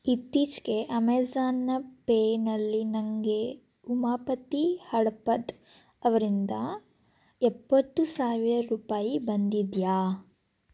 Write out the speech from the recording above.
ಇತ್ತೀಚೆಗೆ ಅಮೇಜಾನ್ನ ಪೇನಲ್ಲಿ ನನಗೆ ಉಮಾಪತಿ ಹಡಪದ್ ಅವರಿಂದ ಎಪ್ಪತ್ತು ಸಾವಿರ ರೂಪಾಯಿ ಬಂದಿದೆಯಾ